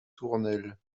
tournelles